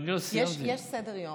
יש סדר-יום.